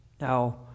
Now